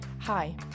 Hi